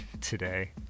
today